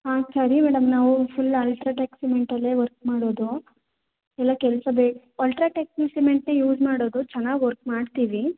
ಹಾಂ ಸರಿ ಮೇಡಮ್ ನಾವು ಫುಲ್ ಅಲ್ಟ್ರಾಟೆಕ್ ಸಿಮೆಂಟಲ್ಲೇ ವರ್ಕ್ ಮಾಡೋದು ಎಲ್ಲ ಕೆಲಸ ಬೇಗ ಅಲ್ಟ್ರಾಟೆಕ್ ಸಿಮೆಂಟೇ ಯೂಸ್ ಮಾಡೋದು ಚೆನ್ನಾಗಿ ವರ್ಕ್ ಮಾಡ್ತೀವಿ